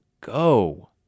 go